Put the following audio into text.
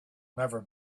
never